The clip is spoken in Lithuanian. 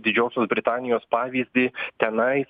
didžiosios britanijos pavyzdį tenai